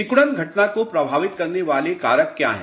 सिकुड़न घटना को प्रभावित करने वाले कारक क्या हैं